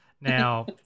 Now